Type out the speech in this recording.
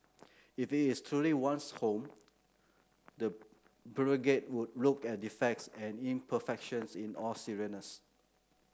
if it is truly one's home the bureaucrat would look at defects and imperfections in all seriousness